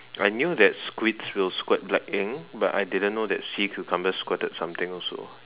I knew that squids will squirt black ink but I didn't know sea cucumbers squirted something also